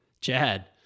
Chad